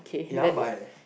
eh I want buy leh